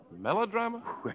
Melodrama